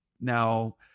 Now